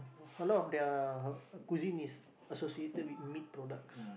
a lot of their cuisine is associated with meat products